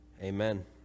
Amen